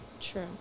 True